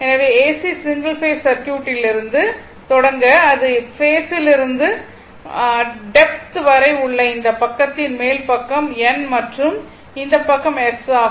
எனவே AC single phase circuit லிருந்து தொடங்க இது பேஸ் லிருந்து டெப்த் வரை உள்ள இந்த பக்கத்தின் மேல் பக்கம் N மற்றும் இந்த பக்கம் S ஆகும்